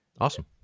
Awesome